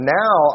now